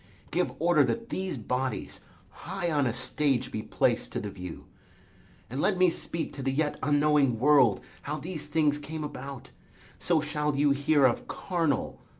give order that these bodies high on a stage be placed to the view and let me speak to the yet unknowing world how these things came about so shall you hear of carnal,